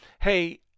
hey